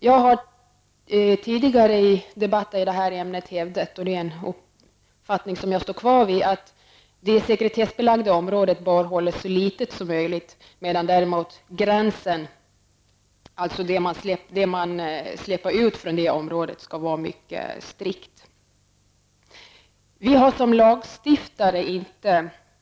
Jag har tidigare i debatter i det här ämnet hävdat, och det är en uppfattning som jag står fast vid, att det sekretessbelagda området bör vara så litet som möjligt, medan däremot gränsen, alltså det man släpper ut från det området, skall vara mycket strikt.